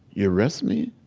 you arrest me,